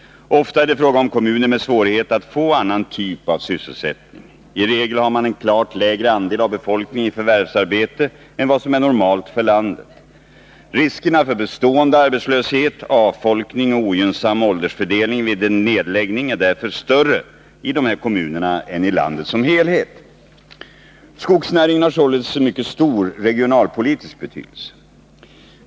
Ofta är det fråga om kommuner med svårigheter att få annan typ av sysselsättning. I regel har man en klart lägre andel av befolkningen i förvärvsarbete än vad som är normalt för landet. Riskerna för bestående arbetslöshet, avfolkning och ogynnsam åldersfördelning vid en nedläggning är därför större i dessa kommuner än i landet som helhet. Skogsnäringen har således en mycket stor regionalpolitisk betydelse.